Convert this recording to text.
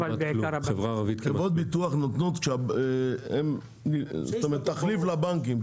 חברות ביטוח נותנות כתחליף לבנקים,